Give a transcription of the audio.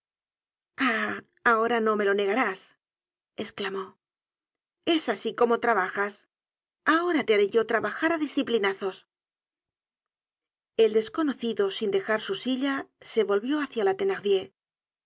ahora no me lo negarás esclamó es asi como trabajas ahora te haré yo trabajar á disciplinazos el desconocido sin dejar su silla se volvió hácia la